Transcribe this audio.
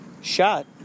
shot